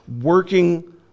working